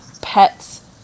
pets